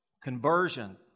Conversion